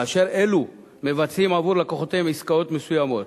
כאשר אלו מבצעים עבור לקוחותיהם עסקאות מסוימות.